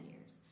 years